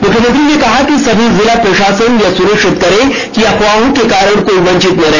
मुख्यमंत्री ने कहा कि सभी जिला प्रशासन यह सुनिश्चित करें कि अफवाहों के कारण कोई वंचित न रहे